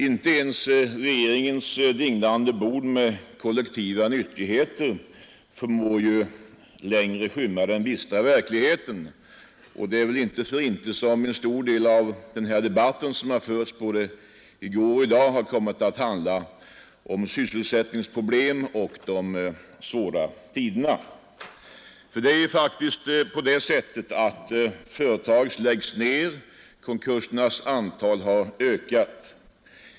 Inte ens regeringens dignande bord med kollektiva nyttigheter förmår längre skymma den bistra verkligheten. Det är väl inte för intet som en stor del av den debatt som har förts här i går och i dag har kommit att handla om sysselsättningsproblem och de svåra tiderna, ty det är faktiskt på det sättet att företag läggs ned och att konkursernas antal ökar.